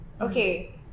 Okay